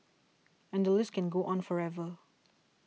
and the list can go on forever